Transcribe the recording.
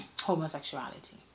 homosexuality